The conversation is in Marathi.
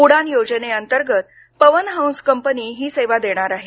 उडान योजनेअंतर्गत पवन हंस कंपनी ही सेवा देणार आहे